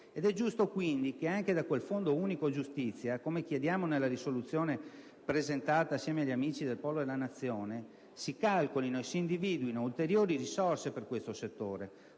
È giusto quindi che anche da quel Fondo unico giustizia, come chiediamo nella proposta di risoluzione presentata assieme agli amici del Polo della Nazione, si calcolino e si individuino ulteriori risorse per questo settore.